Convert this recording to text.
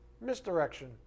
Misdirection